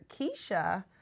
Keisha